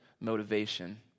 motivation